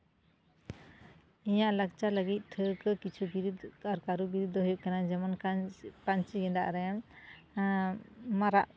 ᱤᱧᱟᱹᱜ ᱞᱟᱠᱪᱟᱨ ᱞᱟᱹᱜᱤᱫ ᱴᱷᱟᱹᱣᱠᱟᱹ ᱠᱤᱪᱷᱩ ᱵᱤᱨᱤᱫ ᱠᱟᱨ ᱠᱟᱹᱨᱩ ᱵᱤᱨᱤᱫ ᱫᱚ ᱦᱩᱭᱩᱜ ᱠᱟᱱᱟ ᱡᱮᱢᱚᱱ ᱚᱱᱠᱟᱱ ᱯᱟᱧᱪᱤ ᱜᱮᱸᱫᱟᱜ ᱨᱮ ᱢᱟᱨᱟᱜ